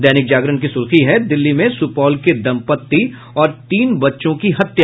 दैनिक जागरण की सुर्खी है दिल्ली में सुपौल के दंपती और तीन बच्चों की हत्या